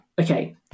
okay